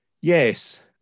Yes